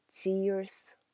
tears